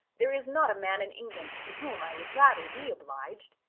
there is not a man in england to whom i would rather be obliged.